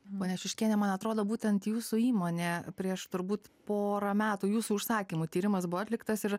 ponia šiuškiene man atrodo būtent jūsų įmonė prieš turbūt porą metų jūsų užsakymu tyrimas buvo atliktas ir